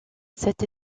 cette